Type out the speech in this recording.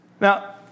Now